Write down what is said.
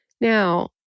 Now